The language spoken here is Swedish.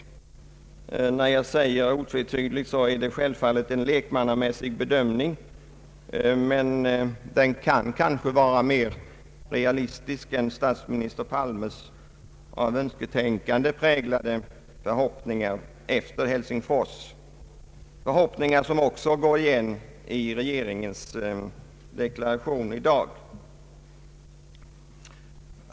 När jag säger otvetydigt är det självfallet en lekmannamässig bedömning, men den kan måhända vara mera realistisk än statsminister Palmes av önsketänkande präglade förhoppningar efter Helsingforsmötet, förhoppningar som också går igen i regeringsdeklarationen i dag.